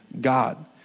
God